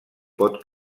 pot